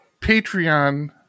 Patreon